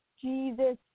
Jesus